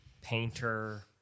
painter